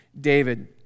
David